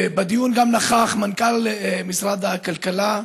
בדיון נכח גם מנכ"ל משרד הכלכלה,